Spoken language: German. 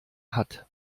hat